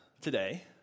today